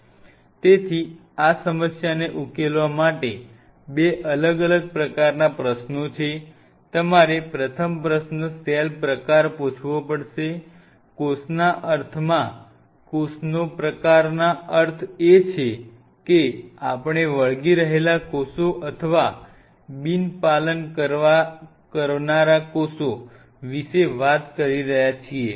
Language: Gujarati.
તેથી આ સમસ્યાને ઉકેલવા માટે બે અલગ અલગ પ્રકારના પ્રશ્નો છે તમારે પ્રથમ પ્રશ્ન સેલ પ્રકાર પૂછવો પડશે કોષના પ્રકારનો અર્થ એ છે કે આપણે વળગી રહેલા કોષો અથવા બિન પાલન કરનારા કોષો વિશે વાત કરી રહ્યા છીએ